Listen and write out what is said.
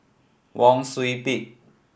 Wang Sui Pick